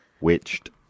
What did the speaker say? Witched